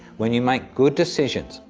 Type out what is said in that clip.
when you make good decisions,